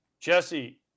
Jesse